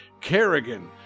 Kerrigan